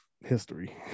history